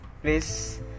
please